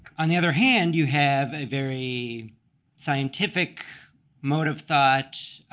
on the other hand, you have a very scientific mode of thought